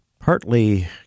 partly